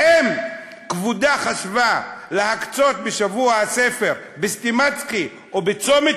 האם כבודה חשבה להקצות בשבוע הספר ב"סטימצקי" או ב"צומת